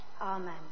Amen